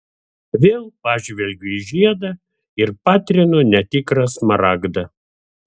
vėl pažvelgiu į žiedą ir patrinu netikrą smaragdą